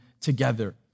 together